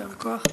יישר כוח.